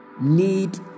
need